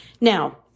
Now